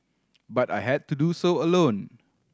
but I had to do so alone